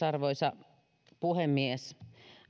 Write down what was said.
arvoisa puhemies